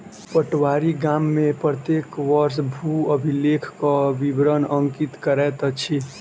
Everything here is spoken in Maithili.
पटवारी गाम में प्रत्येक वर्ष भू अभिलेखक विवरण अंकित करैत अछि